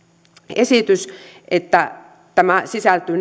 esitys että tämä sisältyy